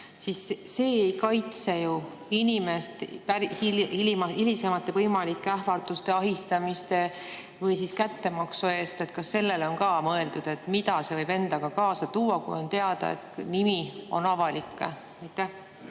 siis see ei kaitse ju inimest hilisemate võimalike ähvarduste, ahistamiste või kättemaksu eest. Kas sellele on ka mõeldud, mida see võib endaga kaasa tuua, kui nimi on avalik?